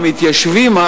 המתיישבים,